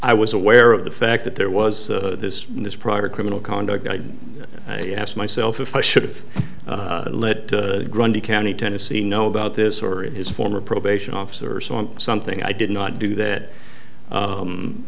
i was aware of the fact that there was this this prior criminal conduct i asked myself if i should've let grundy county tennessee know about this or his former probation officer saw something i did not do that